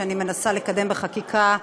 שאני מנסה לקדם בחקיקה,